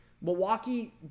Milwaukee